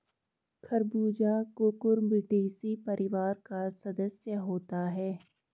खरबूजा कुकुरबिटेसी परिवार का सदस्य होता है